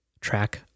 track